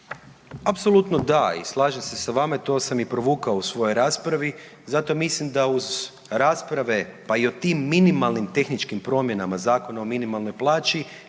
Apsolutno da i slažem se s vama i to sam provukao u svojoj raspravi zato mislim da uz rasprave pa i o tim minimalnim tehničkim promjenama Zakona o minimalnoj plaći